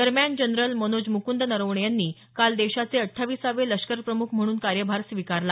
दरम्यान जनरल मनोज म्कुंद नरवणे यांनी काल देशाचे अट्ठाविसावे लष्कर प्रमुख म्हणून कार्यभार स्वीकारला